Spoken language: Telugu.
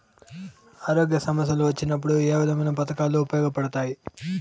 ఆరోగ్య సమస్యలు వచ్చినప్పుడు ఏ విధమైన పథకాలు ఉపయోగపడతాయి